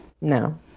No